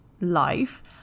life